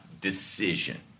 decision